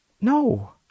No